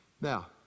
Now